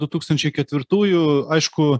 du tūkstančiai ketvirtųjų aišku